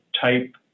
type